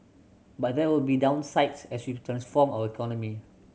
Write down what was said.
but there will be downsides as we transform our economy